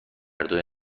دوی